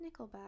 Nickelback